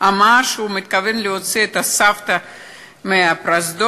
שהוא מתכוון להוציא את הסבתא מהפרוזדור,